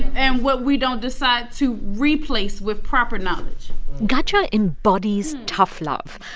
and what we don't decide to replace with proper knowledge gudger embodies tough love.